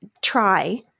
try